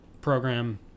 program